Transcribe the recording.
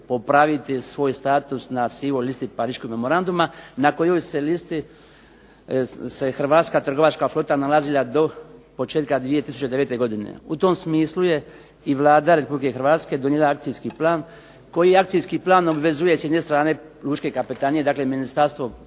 popraviti svoj status na sivoj listi Pariškog memoranduma na kojoj se listi hrvatska trgovačka flota nalazila do početka 2009. godine. U tom smislu je i Vlada Republike Hrvatske donijela akcijski plan koji akcijski plan obvezuje s jedne strane lučke kapetanije, dakle Ministarstvo